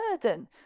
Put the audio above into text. burden